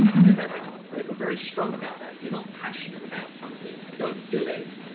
and very very strong about that. if you're not passionate about something, don't do it,